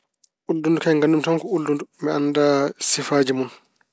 Ullundu gay nganndu tan ko ullundu. Mi annda sifaaji mun.